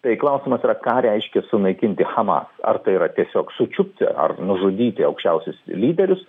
tai klausimas yra ką reiškia sunaikinti hamas ar tai yra tiesiog sučiupti ar nužudyti aukščiausius lyderius